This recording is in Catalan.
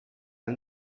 ell